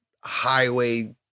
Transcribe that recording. highway